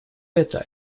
это